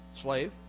slave